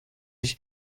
sich